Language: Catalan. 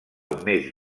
més